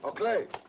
ah clay.